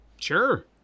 Sure